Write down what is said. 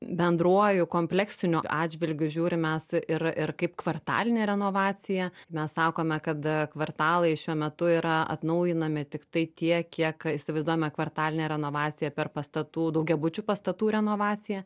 bendruoju kompleksiniu atžvilgiu žiūrim mes ir ir kaip kvartalinė renovacija mes sakome kad a kvartalai šiuo metu yra atnaujinami tiktai tiek kiek įsivaizduojame kvartalinę renovaciją per pastatų daugiabučių pastatų renovaciją